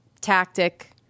tactic